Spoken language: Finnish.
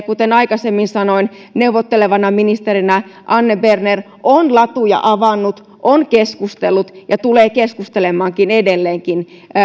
kuten aikaisemmin sanoin neuvottelevana ministerinä anne berner on latuja avannut on keskustellut ja tulee keskustelemaan edelleenkin